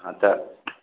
हाँ तो